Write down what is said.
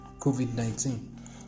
COVID-19